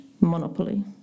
monopoly